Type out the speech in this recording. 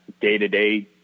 day-to-day